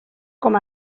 com